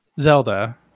Zelda